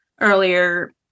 earlier